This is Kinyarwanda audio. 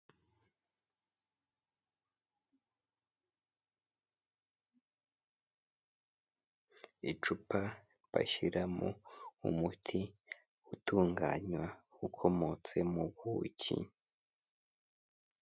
Icupa bashyiramo umuti utunganywa ukomotse mu buki.